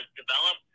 develop